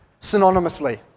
synonymously